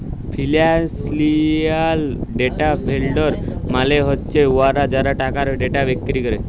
financial data vendor মালে হছে উয়ারা যারা টাকার ডেটা বিক্কিরি ক্যরে